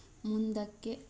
ಮುಂದಕ್ಕೆ